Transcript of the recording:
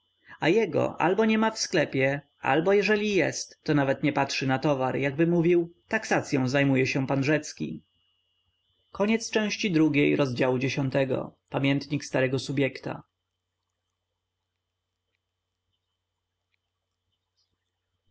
a jego albo niema w sklepie albo jeżeli jest to nawet nie patrzy na towar jakby mówił taksacyą zajmuje się pan rzecki